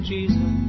Jesus